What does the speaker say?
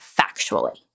factually